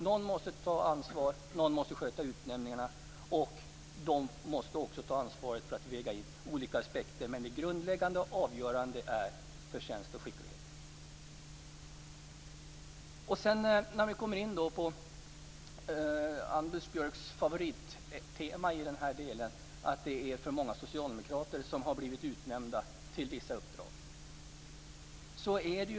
Någon måste ta ansvar, någon måste sköta utnämningarna och olika aspekter måste vägas in. Det grundläggande och avgörande är förtjänst och skicklighet. Vi kommer in på Anders Björcks favorittema, nämligen att för många socialdemokrater har blivit utnämnda till vissa uppdrag.